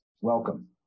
Welcome